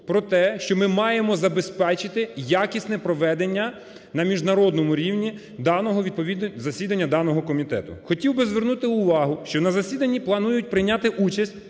про те, що ми маємо забезпечити якісне проведення на міжнародному рівні даного, відповідне засідання даного комітету. Хотів би звернути увагу, що на засіданні планують прийняти участь